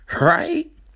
Right